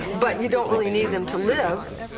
but you don't really need them to live.